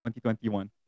2021